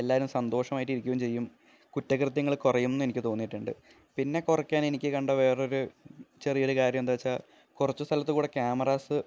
എല്ലാവരും സന്തോഷമായിട്ടിരിക്കുകയും ചെയ്യും കുറ്റകൃത്യങ്ങള് കുറയുമെന്നെനിക്ക് തോന്നിയിട്ടുണ്ട് പിന്നെ കുറയ്ക്കാൻ എനിക്ക് കണ്ട വേറൊരു ചെറിയൊരു കാര്യം എന്താച്ചാല് കുറച്ച് സ്ഥലത്തുകൂടെ ക്യാമറാസ്